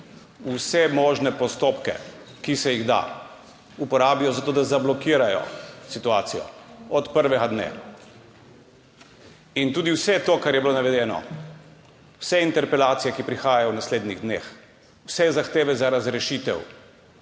Vse možne postopke, ki se jih da, uporabijo za to, da zablokirajo situacijo od prvega dne. In tudi vse to, kar je bilo navedeno, vse interpelacije, ki prihajajo v naslednjih dneh, vse zahteve za razrešitev,